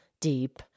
deep